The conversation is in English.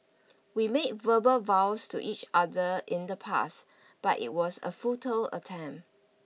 we made verbal vows to each other in the past but it was a futile attempt